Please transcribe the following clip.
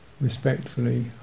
respectfully